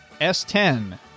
S10